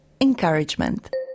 encouragement